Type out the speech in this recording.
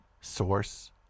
source